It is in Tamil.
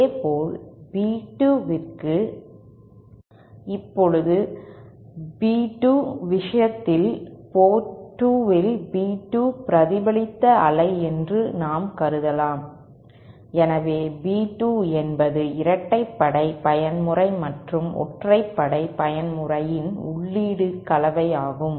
இதேபோல் B 2 க்கும் இப்போது B 2 விஷயத்தில் போர்ட் 2 இல் B 2 பிரதிபலித்த அலை என்று நாம் கருதலாம் எனவே B 2 என்பது இரட்டைப்படை பயன்முறை மற்றும் ஒற்றைப்படை பயன்முறையின் உள்ளீட்டு கலவையாகும்